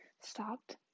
stopped